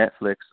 Netflix